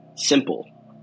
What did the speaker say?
simple